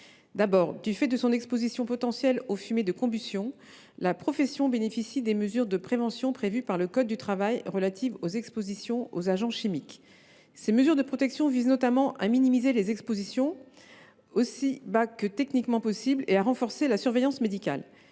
d’abord, du fait de son exposition potentielle aux fumées de combustion, la profession bénéficie des mesures de prévention prévues par le code du travail relatives aux expositions aux agents chimiques, qui visent notamment à minimiser les expositions à un niveau aussi bas que techniquement possible et à renforcer la surveillance médicale.